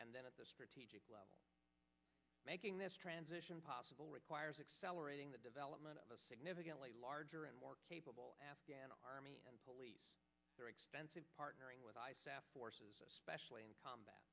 and then at the strategic level making this transition possible requires accelerating the development of a significantly larger and more capable afghan army and police are expensive partnering with forces especially in combat